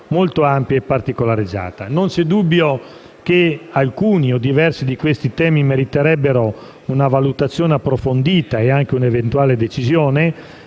Non c'è dubbio che alcuni, o diversi, di questi temi meriterebbero una valutazione approfondita e anche una eventuale decisione.